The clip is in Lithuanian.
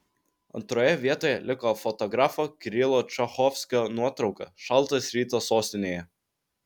antroje vietoje liko fotografo kirilo čachovskio nuotrauka šaltas rytas sostinėje